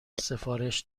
سفارش